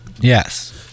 yes